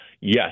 yes